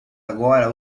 agora